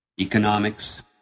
Economics